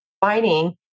fighting